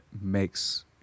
makes